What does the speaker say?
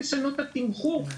לשנות את התמחור.